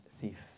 thief